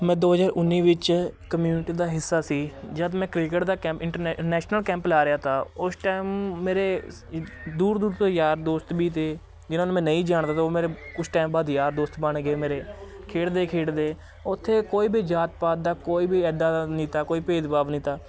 ਮੈਂ ਦੋ ਹਜ਼ਾਰ ਉੱਨੀ ਵਿੱਚ ਕਮਿਊਨਿਟੀ ਦਾ ਹਿੱਸਾ ਸੀ ਜਦ ਮੈਂ ਕ੍ਰਿਕਟ ਦਾ ਕੈਂਪ ਇੰਟਰਨੈ ਨੈਸ਼ਨਲ ਕੈਂਪ ਲਾ ਰਿਹਾ ਤਾ ਉਸ ਟਾਈਮ ਮੇਰੇ ਦੂਰ ਦੂਰ ਤੋਂ ਯਾਰ ਦੋਸਤ ਵੀ ਤੇ ਜਿਹਨਾਂ ਨੂੰ ਮੈਂ ਨਹੀਂ ਜਾਣਦਾ ਤਾ ਉਹ ਮੇਰੇ ਕੁਛ ਟਾਈਮ ਬਾਅਦ ਯਾਰ ਦੋਸਤ ਬਣ ਗਏ ਮੇਰੇ ਖੇਡਦੇ ਖੇਡਦੇ ਉੱਥੇ ਕੋਈ ਵੀ ਜਾਤ ਪਾਤ ਦਾ ਕੋਈ ਵੀ ਇੱਦਾਂ ਦਾ ਨਹੀਂ ਤਾ ਕੋਈ ਭੇਦਭਾਵ ਨਹੀਂ ਤਾਂ